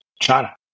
China